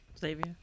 Xavier